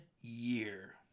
year